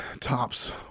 Tops